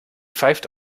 pfeift